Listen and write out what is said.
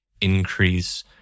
increase